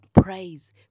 praise